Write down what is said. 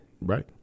Right